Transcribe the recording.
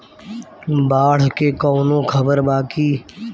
बाढ़ के कवनों खबर बा की?